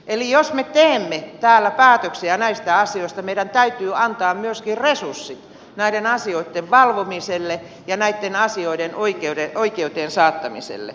eli jos me teemme täällä päätöksiä näistä asioista meidän täytyy antaa myöskin resurssit näiden asioitten valvomiselle ja näitten asioiden oikeuteen saattamiselle